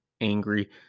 angry